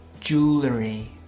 jewelry